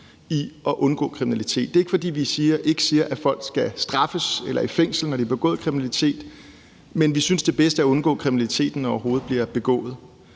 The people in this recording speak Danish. i at undgå kriminalitet. Det er ikke, fordi vi ikke siger, at folk skal straffes eller i fængsel, når de har begået kriminalitet. Men vi synes, det bedste er at undgå, at kriminaliteten overhovedet bliver begået.